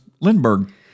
Lindbergh